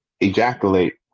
ejaculate